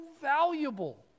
valuable